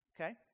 Okay